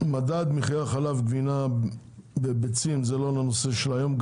מדד מחירי החלב, גבינה וביצים זה לא בנושא היום,